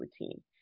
routine